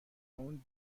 اون